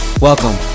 Welcome